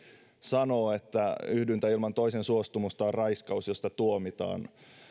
sanoo että yhdyntä ilman toisen suostumusta on raiskaus josta tuomitaan